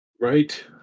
Right